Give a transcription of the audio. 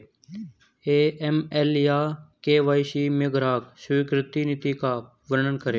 AML या KYC में ग्राहक स्वीकृति नीति का वर्णन करें?